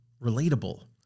relatable